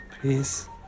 please